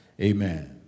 amen